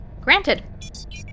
Granted